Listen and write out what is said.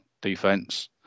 defense